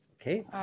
Okay